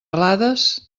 alades